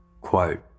Quote